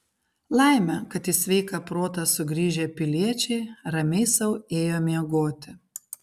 laimė kad į sveiką protą sugrįžę piliečiai ramiai sau ėjo miegoti